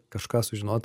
kažką sužinot